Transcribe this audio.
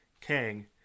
Kang